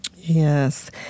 Yes